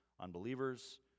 unbelievers